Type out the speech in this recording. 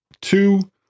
two